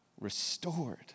restored